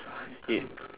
it